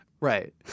Right